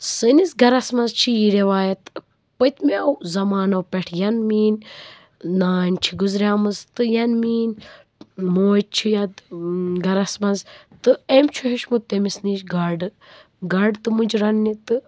سٲنِس گَرس منٛز چھِ یہِ رِوایت پٔتۍمیو زمانو پٮ۪ٹھ ینہٕ میٛٲنۍ نانۍ چھِ گُزریمٕژ تہٕ یَنہٕ میٛٲنۍ موج چھِ یت گَرس منٛز تہٕ أمۍ چھُ ہیٚچھمُت تٔمِس نِش گاڈٕ گاڈٕ تہٕ مُجہٕ رنٛنہِ تہٕ